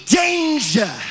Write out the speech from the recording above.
danger